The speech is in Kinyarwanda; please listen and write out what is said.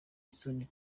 isoni